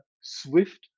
swift